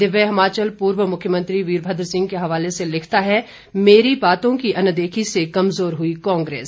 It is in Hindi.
दिव्य हिमाचल पूर्व मुख्यमंत्री वीरभद्र सिंह के हवाले से लिखता है मेरी बातों की अनदेखी से कमजोर हुई कांग्रेस